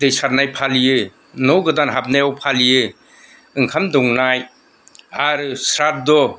दै सारनाय फालियो न' गोदान हाबनायाव फालियो ओंखाम दौनाय आरो सारादु